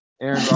Aaron